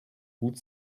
gut